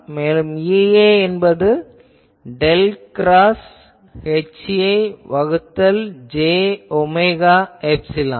எனவே EA என்பது del cross HA வகுத்தல் j ஒமேகா எப்சிலான்